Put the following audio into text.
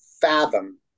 fathom